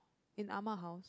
in Ah-Ma house